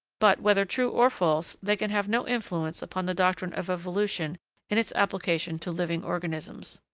but, whether true or false, they can have no influence upon the doctrine of evolution in its application to living organisms.